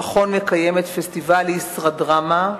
המכון מקיים את פסטיבל "ישרא-דרמה",